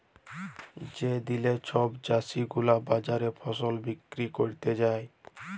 যে দিলে সব চাষী গুলা বাজারে ফসল বিক্রি ক্যরতে যায়